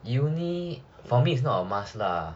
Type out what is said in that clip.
uni for me it's not a must lah